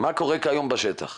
מה קורה כיום בשטח?